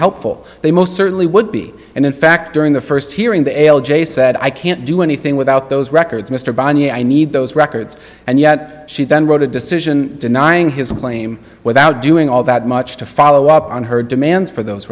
helpful they most certainly would be and in fact during the first hearing the l j said i can't do anything without those records mr banja i need those records and yet she then wrote a decision denying his claim without doing all that much to follow up on her demands for those